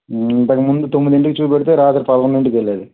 ఇంతకుముందు తొమ్మిదింటికి చూపెడితే రాత్రి పదకొండింటికి వెళ్ళేది